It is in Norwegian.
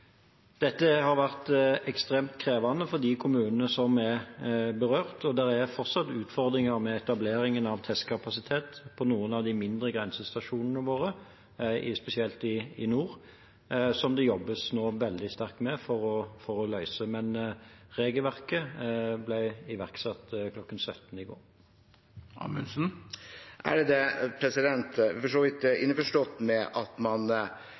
Dette har vært ekstremt krevende for de kommunene som er berørt, og det er fortsatt utfordringer med etableringen av testkapasitet på noen av de mindre grensestasjonene våre, spesielt i nord, som det nå jobbes veldig sterkt med for å løse, men regelverket ble iverksatt kl. 17.00 mandag. Jeg er for så vidt innforstått med at man